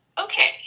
okay